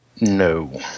no